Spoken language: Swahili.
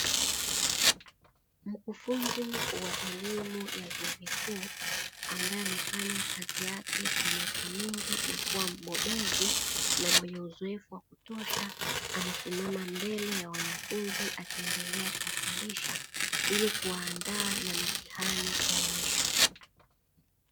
Mkufunzi wa elimu ya vyuo vikuu ambaye amefanya kazi yake kwa miaka mingi na kuwa mbobezi na mwenye uzoefu wa kutosha, amesimama mbele ya wanafunzi akiendelea kuwafundisha ili kuwaandaa na mitihani ya mwisho.